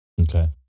Okay